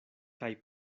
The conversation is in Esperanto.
kaj